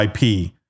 IP